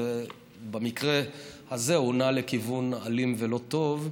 ובמקרה הזה הוא נע לכיוון אלים ולא טוב.